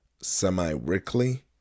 semi-weekly